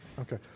Okay